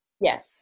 Yes